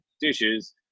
dishes